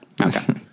Okay